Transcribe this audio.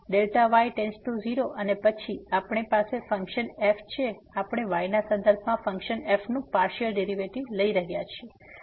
તેથી Δy → 0 અને પછી આપણી પાસે ફંકશન f છે આપણે y ના સંદર્ભમાં ફંક્શન f નું પાર્સીઅલ ડેરીવેટીવ લઈ રહ્યા છીએ